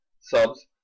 subs